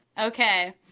Okay